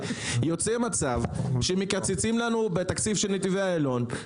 יוצא מצב שבו מקצצים לנו בתקציב של נתיבי איילון,